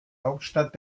hauptstadt